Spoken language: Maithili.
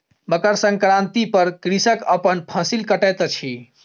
मकर संक्रांति पर कृषक अपन फसिल कटैत अछि